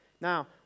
Now